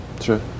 sure